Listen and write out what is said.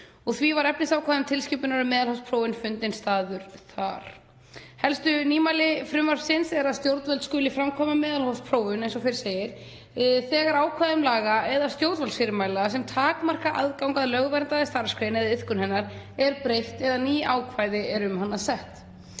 og því var efnisákvæðum tilskipunarinnar um meðalhófsprófun fundinn staður þar. Helstu nýmæli frumvarpsins eru að stjórnvöld skuli framkvæma meðalhófsprófun, eins og fyrr segir, þegar ákvæðum laga eða stjórnvaldsfyrirmælum sem takmarka aðgang að lögverndaðri starfsgrein eða iðkun hennar er breytt eða ný ákvæði eru sett.